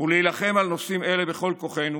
ולהילחם על נושאים אלה בכל כוחנו